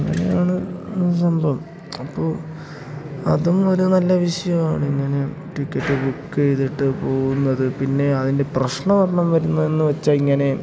അങ്ങനെയാണ് ആ സംഭവം അപ്പോൾ അതും ഒരു നല്ല വിഷയാണിങ്ങനെ ടിക്കറ്റ് ബുക്ക് ചെയ്തിട്ട് പോകുന്നത് പിന്നെ അതിൻ്റെ പ്രശ്നം ഉണ്ടെന്ന് വരുന്നതെന്ന് വെച്ചാൽ ഇങ്ങനെ